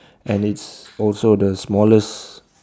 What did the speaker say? and it's also the smallest